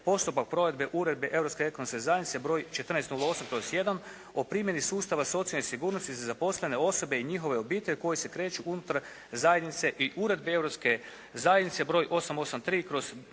postupak provedbe uredbe Europske ekonomske zajednice broj 1408/1 o primjeni sustava socijalne sigurnosti za zaposlene osobe i njihove obitelji koje se kreću unutar zajednice i uredbe Europske zajednice broj